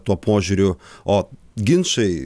tuo požiūriu o ginčai